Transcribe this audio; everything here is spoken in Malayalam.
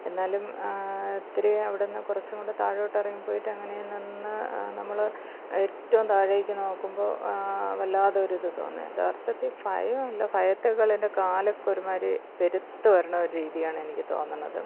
എന്നാലും ഇത്തിരി അവിടെ നിന്ന് കുറച്ചുംകൂടെ താഴോട്ട് ഇറങ്ങി പോയിട്ട് അങ്ങനെ നിന്ന് നമ്മൾ ഏറ്റവും താഴേക്ക് നോക്കുമ്പോൾ വല്ലാത്തൊരിത് തോന്നി യാഥാർത്ഥത്തിൽ ഭയം അല്ല ഭയത്തേക്കാളെൻ്റെ കാലൊക്കെ ഒരുമാതിരി പെരുത്ത് വരണ ഒരു രീതിയാണ് എനിക്ക് തോന്നണത്